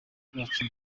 bwacu